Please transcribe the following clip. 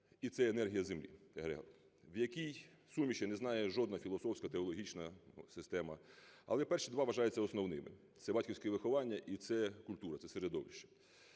і це енергія землі. В якій суміші, я не знаю, жодна філософсько-теологічна система, але перші два вважаються основними: це батьківське виховання і це культура, це середовище.